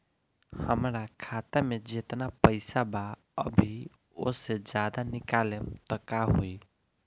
हमरा खाता मे जेतना पईसा बा अभीओसे ज्यादा निकालेम त का होई?